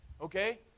Okay